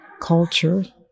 culture